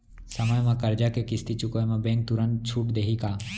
समय म करजा के किस्ती चुकोय म बैंक तुरंत छूट देहि का?